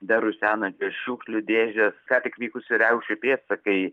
dar rusenančios šiukšlių dėžės ką tik vykusių riaušių pėdsakai